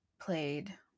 played